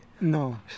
No